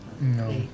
No